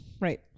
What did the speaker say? right